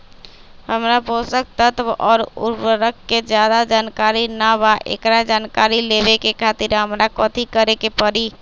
हमरा पोषक तत्व और उर्वरक के ज्यादा जानकारी ना बा एकरा जानकारी लेवे के खातिर हमरा कथी करे के पड़ी?